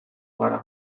gara